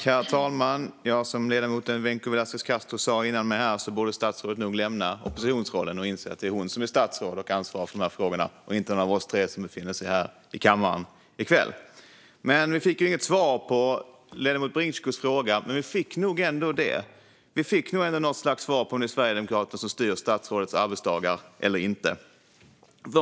Herr talman! Som ledamoten Vencu Velasquez Castro sa här före mig borde statsrådet nog lämna oppositionsrollen och inse att det är hon som är statsråd och ansvarig för dessa frågor och inte någon av oss tre som befinner oss här i kammaren i kväll. Vi fick inget svar på ledamoten Birinxhikus fråga, men vi fick nog ändå något slags svar på om det är sverigedemokrater som styr statsrådets arbetsdagar eller inte.